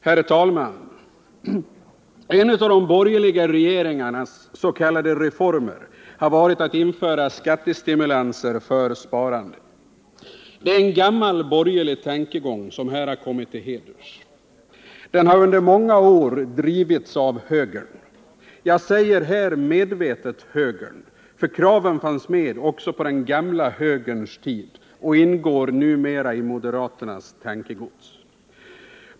Herr talman! En av de borgerliga regeringarnas s.k. reformer har varit att införa skattestimulanser för sparande. Det är en gammal borgerlig tankegång som här har kommit till heders. Den har under många år drivits av högern. Jag säger medvetet högern, för kraven fanns med också på den gamla högerns tid och ingår numera i moderaternas tankegods.